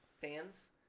fans